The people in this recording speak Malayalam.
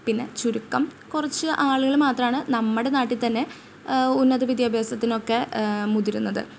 പിന്നെ ചുരുക്കം കുറച്ച് ആളുകൾ മാത്രമാണ് നമ്മുടെ നാട്ടിൽ തന്നെ ഉന്നത വിദ്യാഭ്യാസത്തിനൊക്കെ മുതിരുന്നത്